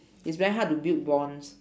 is very hard to build bonds